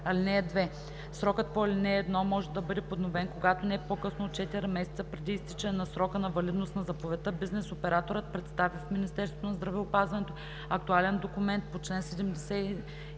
т. 3. (2) Срокът по ал. 1 може да бъде подновен, когато не по-късно от 4 месеца преди изтичането на срока на валидност на заповедта бизнес операторът представи в Министерството на здравеопазването актуален документ по чл. 72, ал.